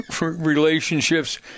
relationships